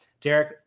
Derek